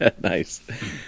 Nice